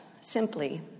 simply